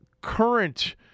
current